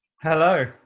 Hello